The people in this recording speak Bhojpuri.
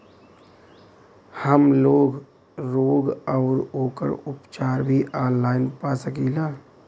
हमलोग रोग अउर ओकर उपचार भी ऑनलाइन पा सकीला?